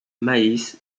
maïs